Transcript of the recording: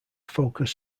focus